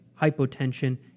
hypotension